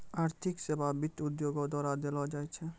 आर्थिक सेबा वित्त उद्योगो द्वारा देलो जाय छै